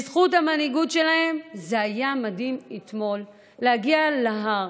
וזה היה מדהים אתמול להגיע להר,